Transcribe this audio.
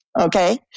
okay